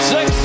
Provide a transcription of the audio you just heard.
Six